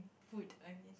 food I mean